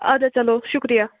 اَد حظ چلو شُکریہ